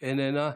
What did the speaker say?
איננה,